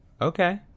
okay